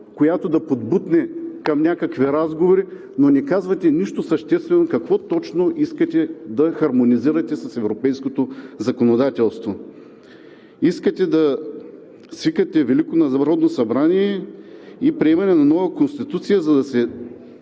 която да подбутне към някакви разговори, но не казвате нищо съществено какво точно искате да хармонизирате с европейското законодателство. Искате да свикате Велико народно събрание и приемане на нова Конституция, за да се